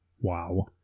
Wow